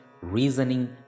reasoning